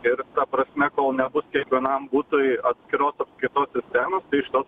ir ta prasme kol nebus kiekvienam butui atskiros apskaitos sistemos tai šitos